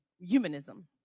humanism